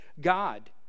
God